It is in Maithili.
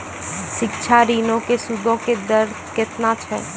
शिक्षा ऋणो के सूदो के दर केतना छै?